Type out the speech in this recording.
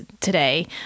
today